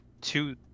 two